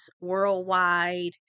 worldwide